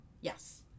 Yes